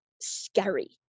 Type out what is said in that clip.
scary